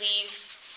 leave